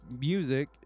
music